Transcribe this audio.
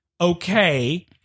okay